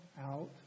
out